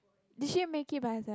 did she make it by herself